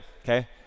okay